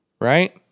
right